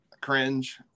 Cringe